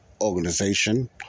Organization